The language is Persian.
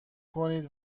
کنید